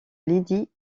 lydie